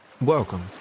Welcome